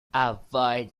avoid